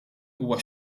huwa